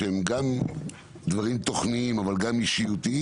הם גם דברים תוכניים אבל גם אישיותיים.